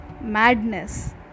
madness